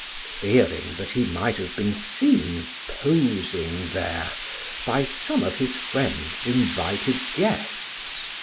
fearing that he might have been seen posing there by some of his friend's invited guests.